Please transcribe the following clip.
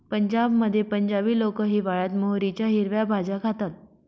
पंजाबमध्ये पंजाबी लोक हिवाळयात मोहरीच्या हिरव्या भाज्या खातात